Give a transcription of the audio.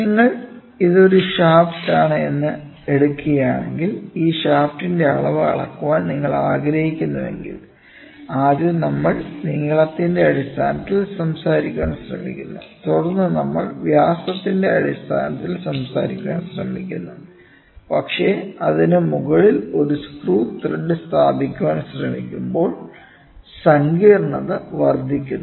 നിങ്ങൾ ഇത് ഒരു ഷാഫ്റ്റാണ് എന്ന് എടുക്കുകയാണെങ്കിൽ ഈ ഷാഫ്റ്റിന്റെ അളവ് അളക്കാൻ നിങ്ങൾ ആഗ്രഹിക്കുന്നുവെങ്കിൽ ആദ്യം നമ്മൾ നീളത്തിന്റെ അടിസ്ഥാനത്തിൽ സംസാരിക്കാൻ ശ്രമിക്കുന്നു തുടർന്ന് നമ്മൾ വ്യാസത്തിന്റെ അടിസ്ഥാനത്തിൽ സംസാരിക്കാൻ ശ്രമിക്കുന്നു പക്ഷേ അതിനു മുകളിൽ ഒരു സ്ക്രൂ ത്രെഡ് സ്ഥാപിക്കാൻ ശ്രമിക്കുമ്പോൾ സങ്കീർണ്ണത വർദ്ധിക്കുന്നു